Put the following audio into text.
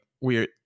weird